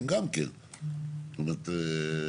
הכי גדול שאין שום כדאיות לנו לקנות דירות.